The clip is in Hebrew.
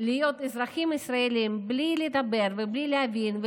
להיות אזרחים ישראלים בלי לדבר ובלי להבין,